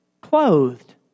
clothed